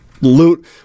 loot